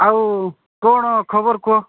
ଆଉ କ'ଣ ଖବର କୁହ